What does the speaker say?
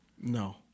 no